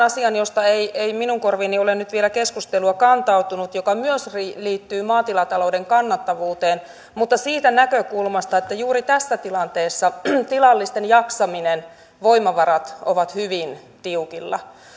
asian josta ei ei minun korviini ole vielä keskustelua kantautunut joka myös liittyy maatilatalouden kannattavuuteen mutta siitä näkökulmasta että juuri tässä tilanteessa tilallisten jaksaminen ja voimavarat ovat hyvin tiukilla